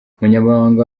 umunyamabanga